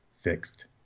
fixed